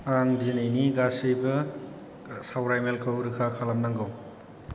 आं दिनैनि गासिबो सावरायमेलखौ रोखा खालामनांगौ